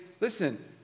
listen